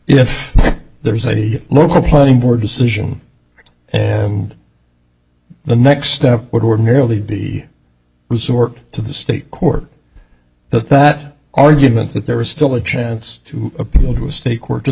if there is a local planning board decision and the next step would ordinarily be resort to the state court but that argument that there is still a chance to appeal to a state court does